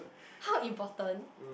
how important